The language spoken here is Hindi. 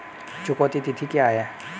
चुकौती तिथि क्या है?